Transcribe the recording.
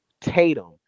Tatum